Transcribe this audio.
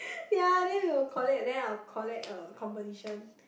ya then we will collect then we'll collect then I'll collect uh composition